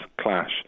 clash